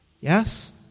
Yes